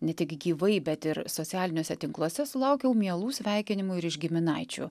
ne tik gyvai bet ir socialiniuose tinkluose sulaukiau mielų sveikinimų ir iš giminaičių